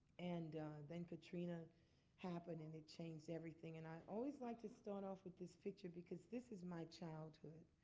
and then katrina happened, and it changed everything. and i always like to start off with this picture because this is my childhood.